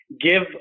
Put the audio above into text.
give